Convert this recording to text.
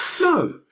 No